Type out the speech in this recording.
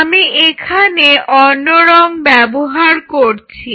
আমি এখানে অন্য রং ব্যবহার করছি